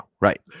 right